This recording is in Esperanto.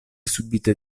subite